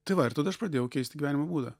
tai va ir tada aš pradėjau keisti gyvenimo būdą